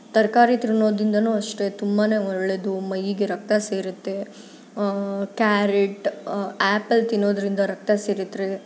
ತರಕಾರಿ ತಿನ್ನೋದ್ರಿಂದನೂ ಅಷ್ಟೇ ತುಂಬಾ ಒಳ್ಳೆಯದು ಮೈಗೆ ರಕ್ತ ಸೇರುತ್ತೆ ಕ್ಯಾರೆಟ್ ಆ್ಯಪಲ್ ತಿನ್ನೋದರಿಂದ ರಕ್ತ ಸೇರುತ್ತೆ